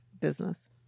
business